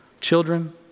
children